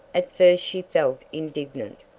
at first she felt indignant,